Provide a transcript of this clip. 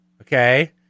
okay